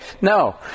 no